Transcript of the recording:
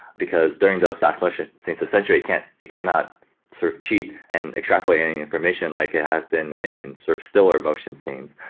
because during those fast motion, since essentially it cannot it cannot sort of cheat and extrapolate any information like it has been in sort of still, or motion scenes,